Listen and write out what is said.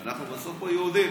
אנחנו בסוף פה יהודים.